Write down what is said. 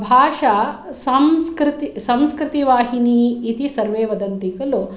भाषा संस्कृतिवाहिनि इति सर्वे वदन्ति खलु